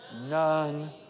none